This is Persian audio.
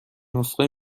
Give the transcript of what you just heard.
نسخه